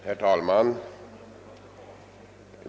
Herr talman!